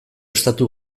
estatu